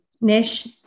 Nish